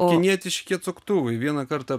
kinietiški atsuktuvai vieną kartą